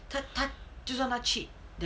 他他就算她 cheap then